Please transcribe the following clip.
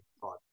thought